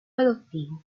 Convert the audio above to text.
adoptivo